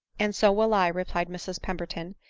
and so will i, replied mrs pemberton.